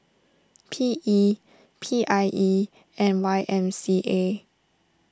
P E P I E and Y M C A